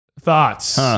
Thoughts